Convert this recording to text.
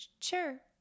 sure